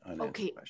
okay